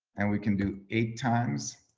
and we can do eight times.